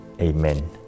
Amen